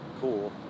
cool